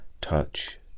touch